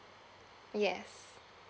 yes